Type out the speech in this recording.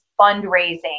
fundraising